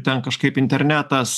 ten kažkaip internetas